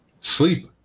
Sleep